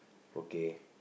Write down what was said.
okay